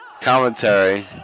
commentary